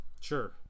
Sure